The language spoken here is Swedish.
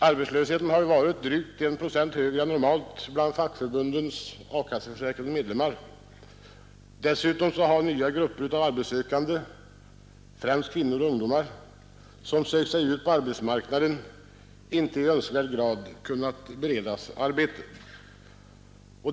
Arbetslösheten har varit drygt 1 procent högre än normalt bland fackförbundens a-kasseförsäkrade medlemmar. Dessutom har nya grupper av arbetssökande, främst kvinnor och ungdomar, som sökt sig ut på arbetsmarknaden, inte i önskvärd grad kunnat beredas arbete.